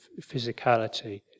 physicality